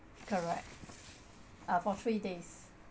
correct uh for three days